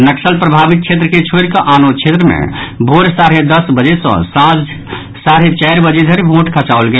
नक्सल प्रभावित क्षेत्र के छोड़िकऽ आनो क्षेत्र मे भोर साढ़े दस बजे सॅ सांझ साढ़े चारि बजे धरि वोट खसाओल गेल